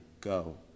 go